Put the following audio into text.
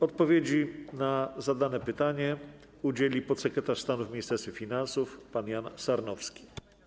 Odpowiedzi na zadane pytanie udzieli podsekretarz stanu w Ministerstwie Finansów pan Jan Sarnowski.